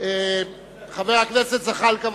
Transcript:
חבר הכנסת ג'מאל זחאלקה,